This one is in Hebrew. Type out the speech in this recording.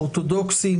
אורתודוקסים,